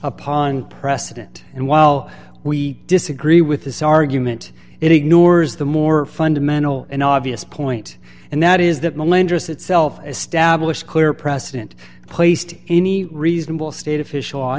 upon precedent and while we disagree with this argument it ignores the more fundamental an obvious point and that is that no lenders itself establish clear precedent placed any reasonable state official